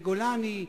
בגולני,